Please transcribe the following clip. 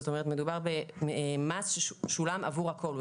כלומר מדובר במס ששולם עבור הכול,